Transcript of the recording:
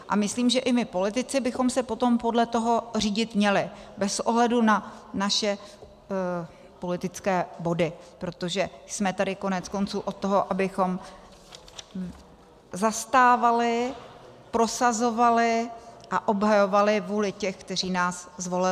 A myslím, že i my politici bychom se potom podle toho měli řídit bez ohledu na naše politické body, protože jsme tady koneckonců od toho, abychom zastávali, prosazovali a obhajovali vůli těch, kteří nás zvolili.